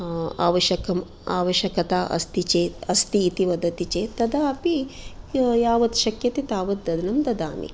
आवश्यकम् आवश्यकता अस्ति चेत् अस्ति इति वदति चेत् तदापि यावत् शक्यते तावत् दनं ददामि